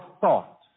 thought